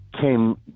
came